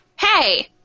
Hey